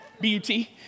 B-U-T